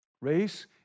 Race